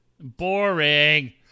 Boring